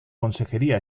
consejería